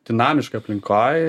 dinamiškoj aplinkoj